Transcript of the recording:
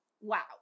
wow